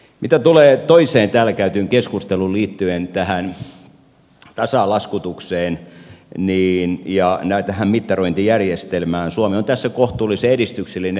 mitä tulee toiseen täällä käytyyn keskusteluun liittyen tähän tasalaskutukseen ja tähän mittarointijärjestelmään suomi on tässä kohtuullisen edistyksellinen